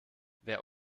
wer